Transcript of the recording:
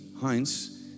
Heinz